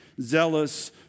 zealous